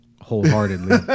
wholeheartedly